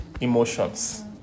emotions